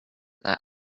that